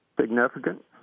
significant